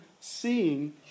seeing